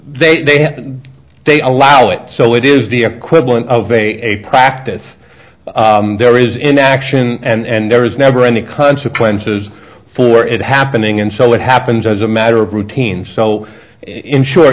they have they allow it so it is the equivalent of a practice there is inaction and there is never any consequences for it happening and so it happens as a matter of routine so in short